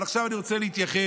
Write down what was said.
אבל עכשיו אני רוצה להתייחס